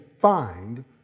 find